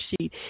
sheet